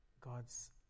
God's